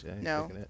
No